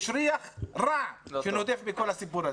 יש ריח רע שנודף מכל הסיפור הזה.